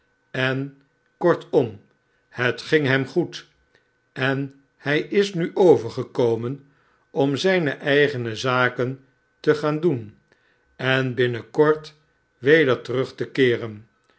en kortom het ging hem goed en hij is nu overgekomen om zijne eigene zaken te gaah doen en binnen kort weder terug te keeren